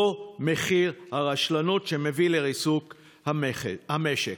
זה מחיר הרשלנות שמביאה לריסוק המשק.